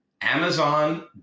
amazon